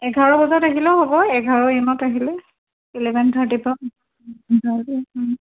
এঘাৰ বজাত আহিলেই হ'ব এঘাৰ এ এমত আহিলে ইলেভেন থাৰ্টিৰপৰা